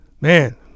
Man